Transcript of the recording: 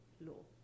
law